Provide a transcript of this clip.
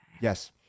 Yes